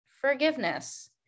forgiveness